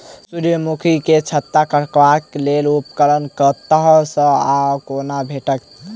सूर्यमुखी केँ छत्ता काटबाक लेल उपकरण कतह सऽ आ कोना भेटत?